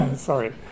Sorry